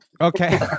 Okay